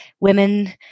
women